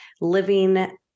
living